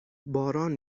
باران